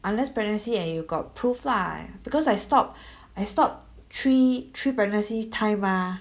unless pregnancy and you got proof lah why because I stop I stop three three pregnancy time mah